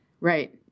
right